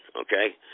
okay